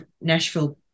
Nashville